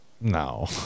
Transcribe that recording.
No